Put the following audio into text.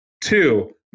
Two